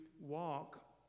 walk